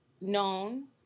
known